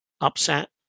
upset